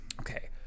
Okay